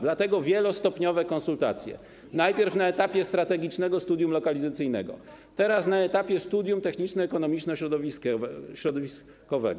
Dlatego ważne są wielostopniowe konsultacje, najpierw na etapie strategicznego studium lokalizacyjnego, teraz na etapie studium techniczno-ekonomiczno-środowiskowego.